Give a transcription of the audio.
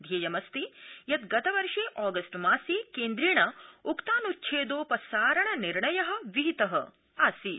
ध्येयमस्ति यत् गतवर्षे ऑगस्टमासे केन्द्रेण उक्तानुच्छेदोपसारण निर्णय विहित आसीत्